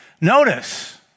Notice